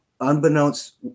unbeknownst